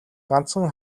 ганцхан